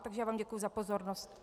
Takže já vám děkuji za pozornost.